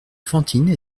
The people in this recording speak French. fantine